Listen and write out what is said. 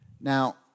Now